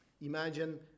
Imagine